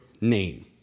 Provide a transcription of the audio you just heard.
name